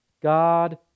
God